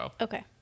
Okay